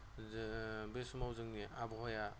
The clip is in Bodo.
बे समाव जोंनि आबहावाया